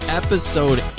episode